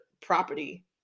property